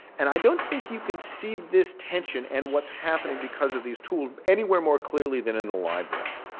and i don't think you can see this tension and what's happening because of these tools anywhere more clearly than in the library,